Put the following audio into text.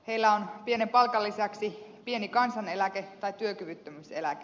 heillä on pienen palkan lisäksi pieni kansaneläke tai työkyvyttömyyseläke